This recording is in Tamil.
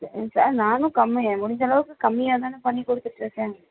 சார் நானும் கம்மி முடிஞ்சளவுக்கு கம்மியாக தான் பண்ணிக்கொடுத்துட்டு இருக்கேன்